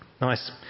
nice